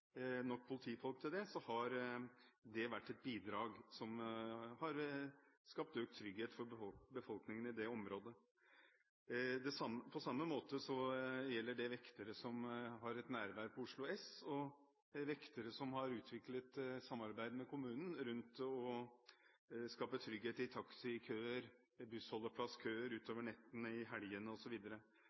har det vært et bidrag som har skapt økt trygghet for befolkningen i det området. På samme måte gjelder det vektere som har et nærvær på Oslo S. Og det er vektere som har utviklet et samarbeid med kommunen rundt det å skape trygghet i taxikøer og bussholdeplasskøer utover nettene, i helgene